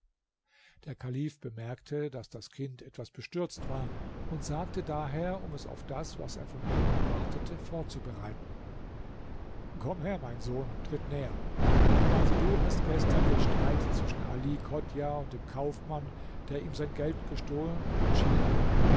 der kalif bemerkte daß das kind etwas bestürzt war und sagte daher um es auf das was er von ihm erwartete vorzubereiten komm her mein sohn tritt näher also du hast gestern den streit zwischen ali chodjah und dem kaufmann der ihm sein geld gestohlen entschieden